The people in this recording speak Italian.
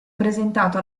presentato